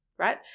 right